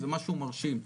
זה משהו מרשים.